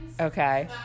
Okay